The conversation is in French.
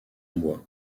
bois